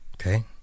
Okay